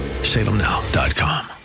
Salemnow.com